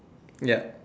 yup